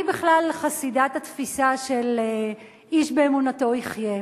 אני בכלל חסידת התפיסה של איש באמונתו יחיה.